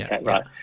Right